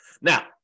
Now